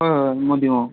হয় হয় মই দিওঁ